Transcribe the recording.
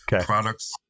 products